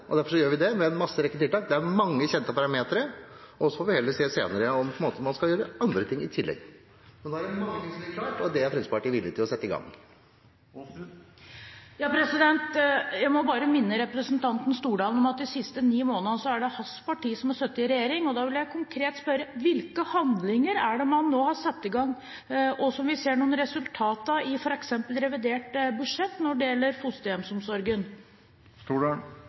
og derfor gjør vi det med en lang rekke tiltak. Det er mange kjente parametere, og så får vi heller se senere om man skal gjøre andre ting i tillegg. Men nå er det mange ting som ligger klart, og dem er Fremskrittspartiet villig til å sette i gang med. Jeg må bare minne representanten Stordalen om at de siste ni månedene er det hans parti som har sittet i regjering, og da vil jeg konkret spørre: Hvilke handlinger er det man nå har satt i gang, og som vi ser noen resultater av i f.eks. revidert budsjett, når det gjelder fosterhjemsomsorgen?